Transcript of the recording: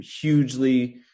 hugely